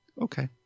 okay